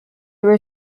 were